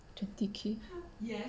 twenty K